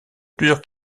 plusieurs